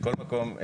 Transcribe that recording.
מכל מקום,